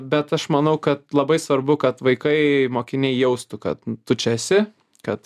bet aš manau kad labai svarbu kad vaikai mokiniai jaustų kad tu čia esi kad